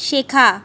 শেখা